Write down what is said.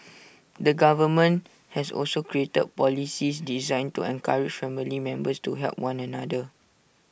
the government has also created policies designed to encourage family members to help one another